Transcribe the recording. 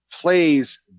plays